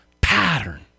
pattern